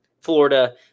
Florida